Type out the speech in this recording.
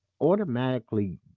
automatically